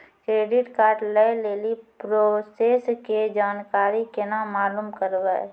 Credit card लय लेली process के जानकारी केना मालूम करबै?